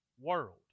world